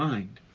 mind.